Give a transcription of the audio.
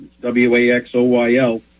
W-A-X-O-Y-L